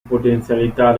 potenzialità